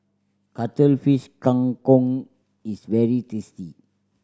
Cuttlefish Kang Kong is very tasty